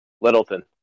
Littleton